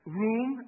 room